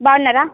బాగున్నారా